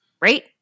Right